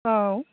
औ